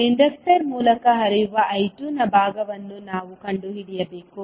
inductor ಮೂಲಕ ಹರಿಯುವ I2 ನ ಭಾಗವನ್ನು ನಾವು ಕಂಡುಹಿಡಿಯಬೇಕು